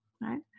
right